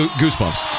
goosebumps